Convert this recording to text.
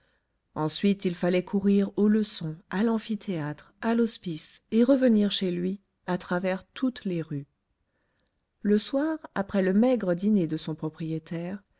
ensuite il fallait courir aux leçons à l'amphithéâtre à l'hospice et revenir chez lui à travers toutes les rues le soir après le maigre dîner de son propriétaire